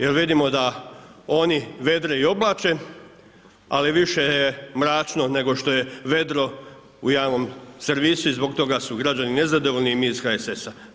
Jer vidimo da oni vedre i oblače, ali više je mračno, nego što je vedro u javnom servisu i zbog toga su građani nezadovoljni i mi iz HSS-a.